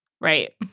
Right